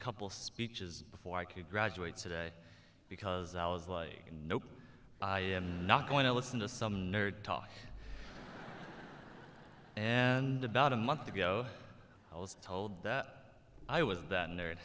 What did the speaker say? couple speeches before i could graduates today because i was like nope i am not going to listen to some nerd talk and about a month ago i was told that i was that